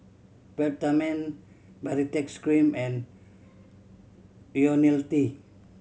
Peptamen Baritex Cream and Ionil T